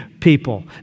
people